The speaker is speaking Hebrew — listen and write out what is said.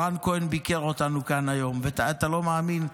רן כהן ביקר אותנו כאן היום, אתה לא מאמין,